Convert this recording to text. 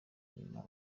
nyuma